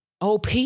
OP